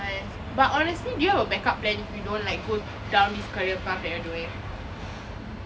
!hais! but honestly do you have a back up plan if you don't like go down this career path that you're doing